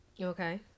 Okay